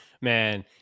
Man